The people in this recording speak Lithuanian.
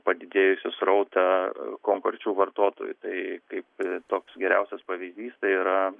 padidėjusį srautą konkrečių vartotojų tai kaip toks geriausias pavyzdys tai yra